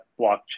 blockchain